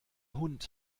hund